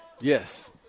Yes